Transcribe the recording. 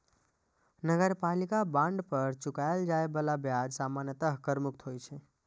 नगरपालिका बांड पर चुकाएल जाए बला ब्याज सामान्यतः कर मुक्त होइ छै